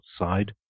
outside